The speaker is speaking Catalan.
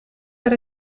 per